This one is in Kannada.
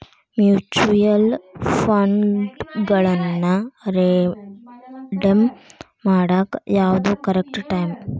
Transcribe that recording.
ಮ್ಯೂಚುಯಲ್ ಫಂಡ್ಗಳನ್ನ ರೆಡೇಮ್ ಮಾಡಾಕ ಯಾವ್ದು ಕರೆಕ್ಟ್ ಟೈಮ್